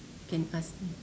I can ask